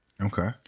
Okay